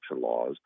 laws